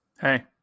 hey